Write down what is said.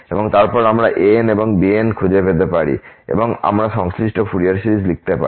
এবং তারপর আমরা an এবং bnখুঁজে বের করতে পারি এবং আমরা সংশ্লিষ্ট ফুরিয়ার সিরিজ লিখতে পারি